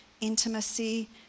intimacy